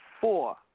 Four